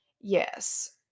Yes